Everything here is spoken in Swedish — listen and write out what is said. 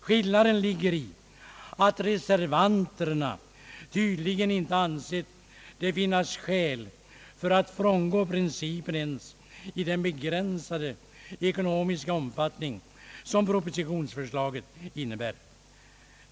Skillnaden ligger i att reservanterna tydligen inte ansett det finnas skäl att frångå principen ens i den begränsade ekonomiska omfattning som propositionsförslaget innebär.